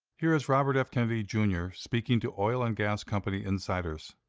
here is robert f. kennedy, jr, speaking to oil and gas company insiders.